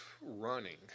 running